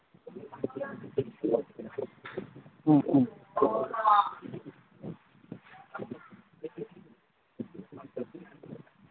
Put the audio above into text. ꯎꯝ ꯎꯝ